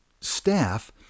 staff